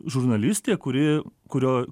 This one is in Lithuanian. žurnalistė kuri kurio